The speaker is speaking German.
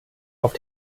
auf